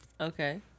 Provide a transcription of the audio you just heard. okay